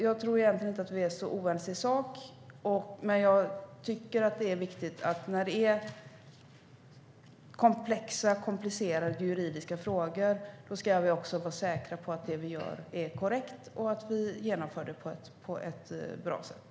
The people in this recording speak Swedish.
Jag tror egentligen inte att vi är så oense i sak, men jag tycker att det är viktigt att vi i komplexa juridiska frågor ska vara säkra på att det vi gör är korrekt och att vi genomför arbetet på ett bra sätt.